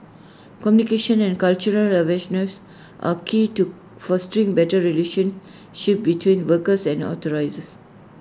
communication and cultural awareness are key to fostering better relationship between workers and authorities